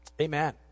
Amen